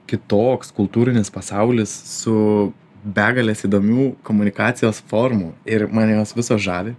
kitoks kultūrinis pasaulis su begales įdomių komunikacijos formų ir mane jos visos žavi